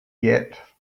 yet